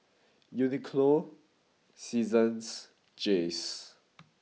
Uniqlo Seasons Jays